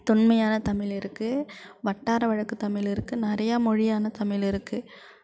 தொன்மையான தமிழ் இருக்குது வட்டார வழக்கு தமிழ் இருக்குது நிறைய மொழியான தமிழ் இருக்குது